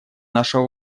нашего